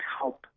help